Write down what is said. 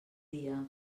dia